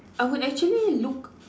I would actually look